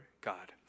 God